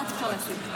בתורה.